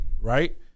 right